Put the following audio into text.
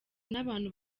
n’abantu